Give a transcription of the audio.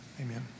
Amen